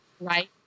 right